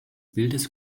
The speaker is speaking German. bildes